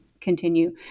continue